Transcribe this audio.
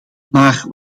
maar